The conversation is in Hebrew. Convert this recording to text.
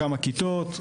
את הכיתות,